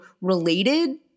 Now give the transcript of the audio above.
related